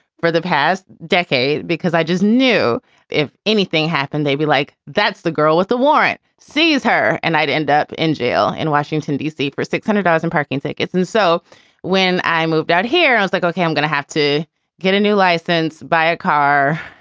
for the past decade, because i just knew if anything happened, they'd be like, that's the girl with the warrant sees her. and i'd end up in jail in washington, d c. for six hundred thousand parking tickets. and so when i moved out here, i was like, okay, i'm going to have to get a new license, buy a car,